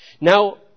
Now